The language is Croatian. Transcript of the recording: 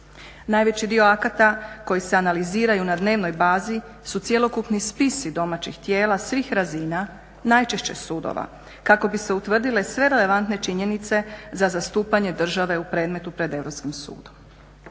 najveći dio akata koji se analiziraju na dnevnoj bazi su cjelokupni spisi domaćih tijela svih razina najčešće sudova kako bi se utvrdile sve relevantne činjenice za zastupanje države u predmetu pred Europskim sudom.